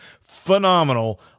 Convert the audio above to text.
phenomenal